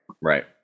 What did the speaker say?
Right